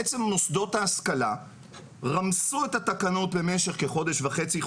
בעצם מוסדות ההשכלה רמסו את התקנות במשך כחודש וחצי,